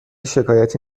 شکایتی